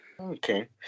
Okay